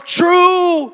true